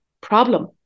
problem